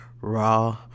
raw